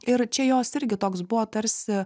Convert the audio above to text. ir čia jos irgi toks buvo tarsi